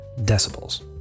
decibels